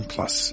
Plus